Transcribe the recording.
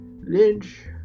Lynch